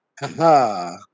Ha